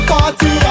Party